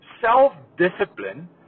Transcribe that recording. Self-discipline